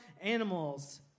animals